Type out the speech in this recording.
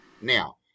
Now